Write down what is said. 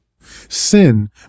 Sin